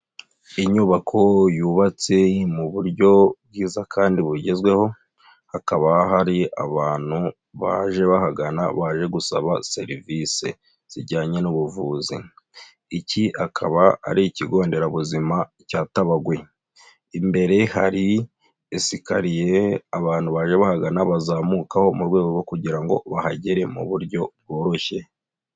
Inyubako yubatse mu buryo bwiza kandi bugezweho, hakaba hari abantu baje bahagana baje gusaba serivisi zijyanye n'ubuvuzi, iki akaba ari ikigo nderabuzima cya Tabagwe, imbere hari yasekariye abantu baje bahagana bazamukaho mu rwego rwo kugira ngo bahagere mu buryo bworoshye.